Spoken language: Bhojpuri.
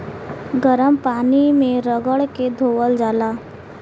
गरम पानी मे रगड़ के धोअल जाला